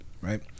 right